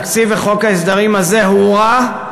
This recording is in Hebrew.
התקציב עם חוק ההסדרים הזה הוא רע,